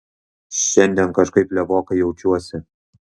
šiandien kažkaip lievokai jaučiuosi